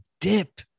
dip